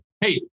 Hey